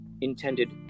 intended